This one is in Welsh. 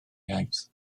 iaith